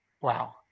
Wow